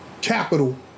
capital